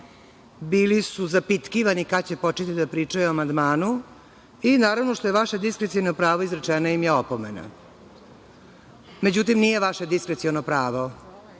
bili su zapitkivani kada će početi da pričaju o amandmanu i naravno, što je vaše diskreciono pravo, izrečena im je opomena.Međutim, nije vaše diskreciono pravo